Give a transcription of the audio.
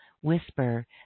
whisper